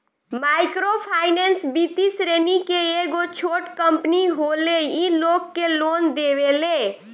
micro finance वित्तीय श्रेणी के एगो छोट कम्पनी होले इ लोग के लोन देवेले